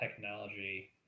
technology